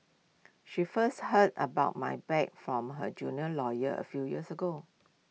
she first heard about my bad from her junior lawyer A few years ago